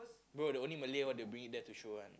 bro the only Malay what they will bring you there to show one